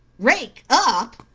rake up?